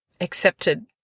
accepted